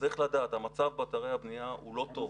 צריך לדעת, המצב באתרי הבנייה הוא לא טוב,